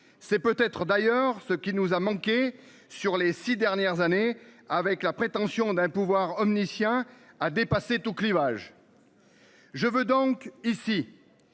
C'est peut-être d'ailleurs ce qui nous a manqué. Sur les 6 dernières années avec la prétention d'un pouvoir omniscient à dépasser tout clivage. Je veux donc ici.